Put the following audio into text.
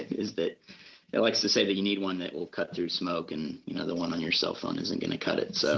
is that he likes to say that you need one that will cut through smoke and you know the one on your cell phone isn't going to cut it. so,